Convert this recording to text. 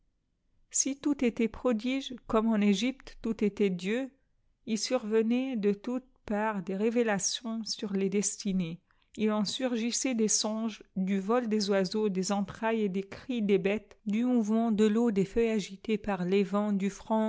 si tout était prodige comme en egypte tout était dieu il survenait de toutes parts des révélations sur les destinées il m surgissait des songes du vol des oiseaux des entrailles et des cris des bètes du mouvement de teau des feuilles agitées par tes vents du